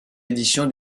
édition